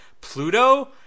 Pluto